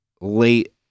late